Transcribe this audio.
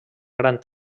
gran